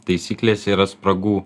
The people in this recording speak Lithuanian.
taisyklėse yra spragų